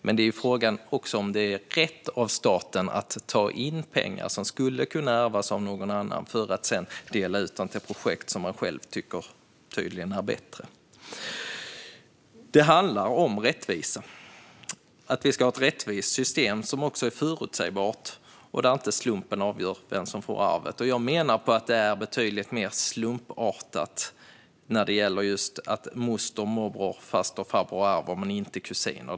Men frågan är om det är rätt av staten att ta in pengar som skulle kunna ärvas av någon annan för att sedan dela ut dem till projekt som man själv tydligen tycker är bättre. Det handlar om rättvisa, att vi ska ha ett rättvist system som också är förutsägbart och där inte slumpen avgör vem som får arvet. Jag menar att det är betydligt mer slumpartat när moster, morbror, faster och farbror ärver men inte kusiner.